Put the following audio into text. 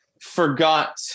Forgot